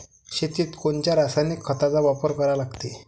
शेतीत कोनच्या रासायनिक खताचा वापर करा लागते?